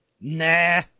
Nah